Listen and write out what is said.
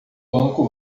banco